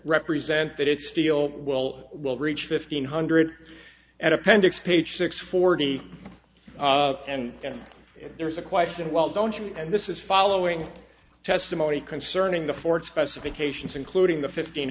represent that it's steel wool will reach fifteen hundred and appendix page six forty and then there's a question well don't you and this is following testimony concerning the ford specifications including the fifteen